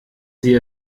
sie